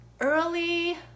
early